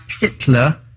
Hitler